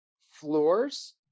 floors